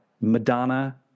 Madonna